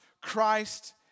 Christ